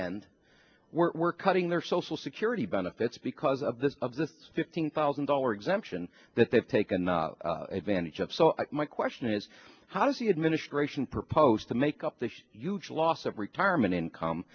end we're cutting their social security benefits because of this of this fifteen thousand dollar exemption that they've taken advantage of so my question is how does the administration proposed to make up this huge loss of retirement income